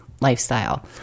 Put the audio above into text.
lifestyle